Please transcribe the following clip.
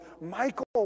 Michael